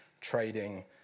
Trading